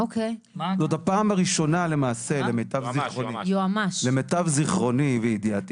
זאת הפעם הראשונה למעשה למיטב זכרוני וידיעתי